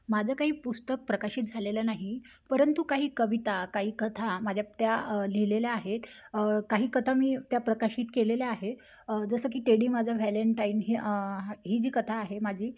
माझं काही पुस्तक प्रकाशित झालेलं नाही परंतु काही कविता काही कथा माझ्या त्या लिहिलेल्या आहेत काही कथा मी त्या प्रकाशीत केलेल्या आहे जसं की टेडी माझं व्हॅलेंटाईन ही ही जी कथा आहे माझी